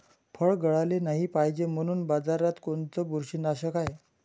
फळं गळाले नाही पायजे म्हनून बाजारात कोनचं बुरशीनाशक हाय?